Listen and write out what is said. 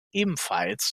ebenfalls